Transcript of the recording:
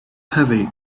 heavy